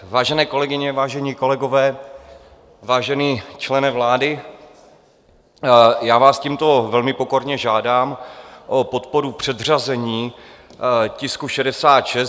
Vážené kolegyně, vážení kolegové, vážený člene vlády, já vás tímto velmi pokorně žádám o podporu předřazení tisku 66.